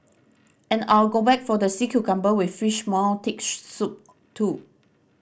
and I'll go back for the sea cucumber with fish maw thick soup too